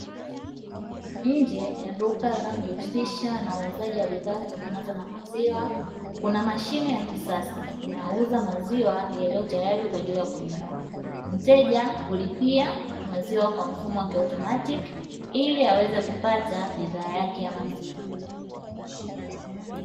Nje ya duka linalojihusisha na uuzaji wa bidhaa zitokanazi na maziwa kuna mashine ya kisasa inayouza maziwa yaliyo tayari kwa ajili ya kunywewa mteja hulipia maziwa kwa mfumo wa kiautomatiki ili aweze kupata bidhaa yake ya maziwa.